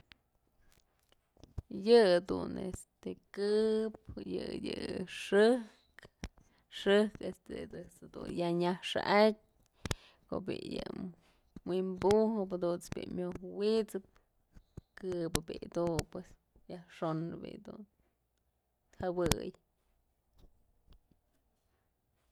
Yëdun este këp yë xëjk, xëjk ëjt's dun ya nyaj xa'atyë ko'o bi'i yë winbujëp bi'i myoj wysëp këp bi'i dun yajxon bi'i dun jawëy.